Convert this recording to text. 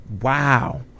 wow